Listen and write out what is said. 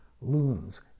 looms